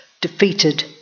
defeated